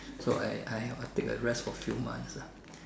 so I I take a rest for few months ah